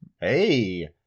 Hey